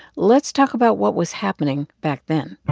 let's talk about what was happening back then